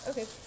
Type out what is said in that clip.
Okay